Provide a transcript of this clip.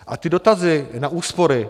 A ty dotazy na úspory.